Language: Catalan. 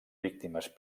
víctimes